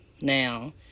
now